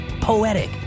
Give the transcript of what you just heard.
poetic